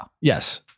Yes